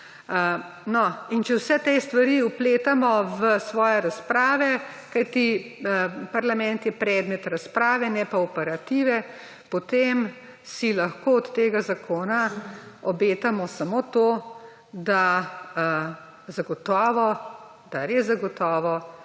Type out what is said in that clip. Če vse te stvari vpletamo v svoje razprave, kajti parlament je predmet razprave ne pa operative, potem si lahko od tega zakona obetamo samo to, da res zagotovo